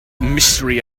mystery